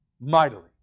mightily